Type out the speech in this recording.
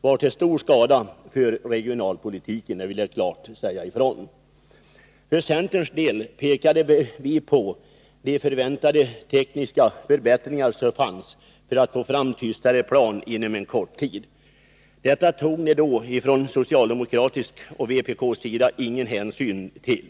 var till stor skada för regionalpolitiken. Det vill jag klart säga ifrån. För centerns del pekade vi på de tekniska förbättringar som förväntades för att få fram tystare plan inom en kort tid. Detta tog ni ifrån socialdemokraternas och vpk:s sida ingen hänsyn till.